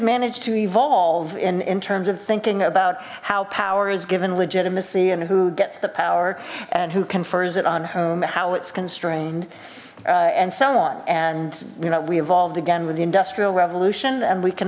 managed to evolve in in terms of thinking about how power is given legitimacy and who gets the power and who confers it on whom how its constrained and so on and you know we evolved again with the industrial revolution and we can